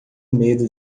medo